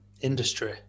Industry